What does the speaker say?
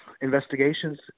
investigations